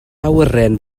awyren